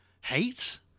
hate